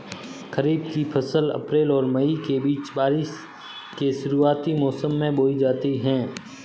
खरीफ़ की फ़सल अप्रैल और मई के बीच, बारिश के शुरुआती मौसम में बोई जाती हैं